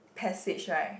passage right